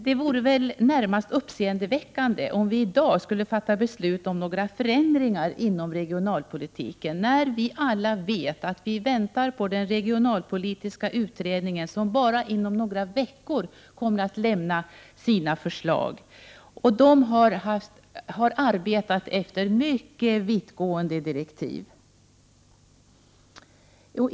Det vore närmast uppseendeväckande om vi då i dag skulle besluta om förändringar inom regionalpolitiken, när alla vet att vi väntar på den regionalpolitiska utredningen, som bara inom några veckor kommer att lämna sitt förslag. Denna utredning har arbetat efter mycket vittgående direktiv.